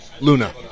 Luna